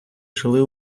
жили